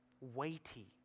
weighty